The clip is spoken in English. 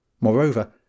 Moreover